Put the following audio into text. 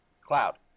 cloud